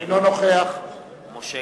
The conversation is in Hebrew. אינו נוכח משה